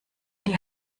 die